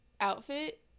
outfit